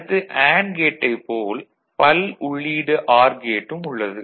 அடுத்து அண்டு கேட்டைப் போல் பல்உள்ளீடு ஆர் கேட்டும் உள்ளது